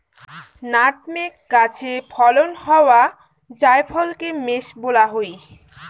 nutmeg গাছে ফলন হওয়া জায়ফলকে মেস বলা হই